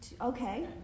Okay